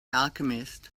alchemist